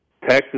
Texas